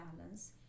balance